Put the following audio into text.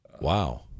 Wow